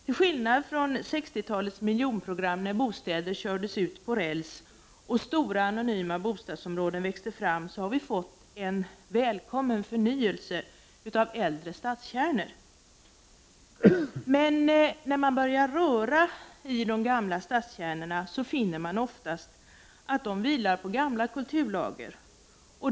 Till skillnad från 60-talets miljonprogram, när bostäder kördes ut på räls och stora anonyma bostadsområden växte fram, har vi fått en välkommen förnyelse av äldre stadskärnor. Men när man börjar röra i de gamla stadskärnorna, finner man ofta att de vilar på gamla kulturlager.